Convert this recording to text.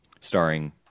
starring